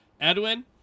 edwin